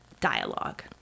Dialogue